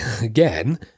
again